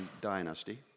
dynasty